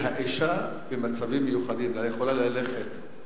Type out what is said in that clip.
והאשה, במצבים מיוחדים, יכולה ללכת,